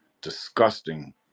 disgusting